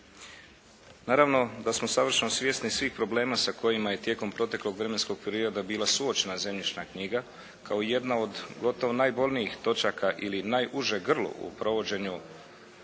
Naravno da smo savršeno svjesni svih problema sa kojima je tijekom proteklog vremenskog perioda bila suočena zemljišna knjiga kao jedna od gotovo najbolnijih točaka ili najuže grlo u provođenju